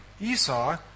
Esau